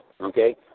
Okay